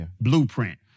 Blueprint